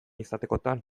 izatekotan